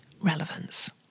relevance